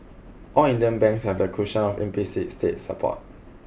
all Indian banks have the cushion of implicit state support